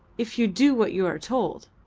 if you do what you are told.